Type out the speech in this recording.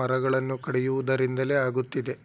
ಮರಗಳನ್ನು ಕಡಿಯುವುದರಿಂದಲೇ ಆಗುತ್ತಿದೆ